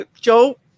Joe